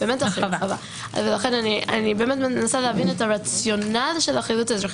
למשל כשרצינו להילחם